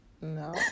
No